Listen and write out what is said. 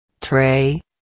Tray